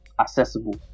accessible